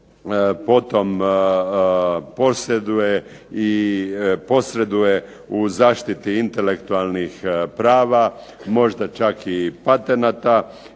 potom posreduje u zaštiti intelektualnih prava, možda čak i patenata,